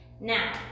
Now